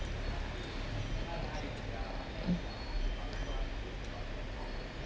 mm